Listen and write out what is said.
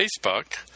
Facebook